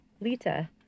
Lita